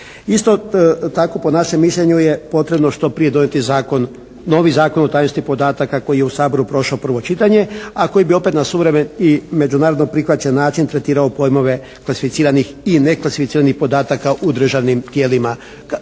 Isto tako po našem mišljenju potrebno je što prije donijeti zakon, novi zakon o tajnosti podataka koji je u Saboru prošao prvo čitanje, a koji bi opet na suvremen i međunarodno prihvaćen način tretirao pojmove klasificiranih i neklasificiranih podataka u državnim tijelima i kao